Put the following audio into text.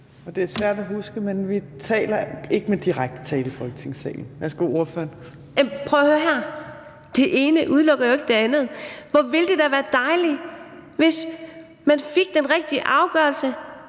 Det er svært at huske, men vi bruger ikke direkte tiltale i Folketingssalen. Værsgo til ordføreren. Kl. 18:25 Karina Adsbøl (DF): Prøv at høre her: Det ene udelukker jo ikke det andet. Hvor ville det da være dejligt, hvis man fik den rigtige afgørelse